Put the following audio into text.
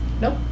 Nope